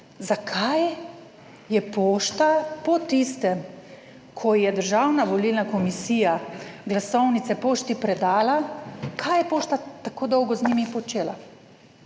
zakaj je Pošta po tistem, ko je Državna volilna komisija glasovnice Pošti predala, kaj je Pošta tako dolgo z njimi počela.